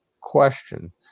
question